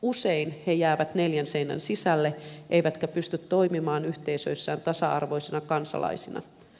usein he jäävät neljän seinän sisälle eivätkä pysty toimimaan yhteisöissään tasa arvoisina kansalaisina